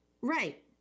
right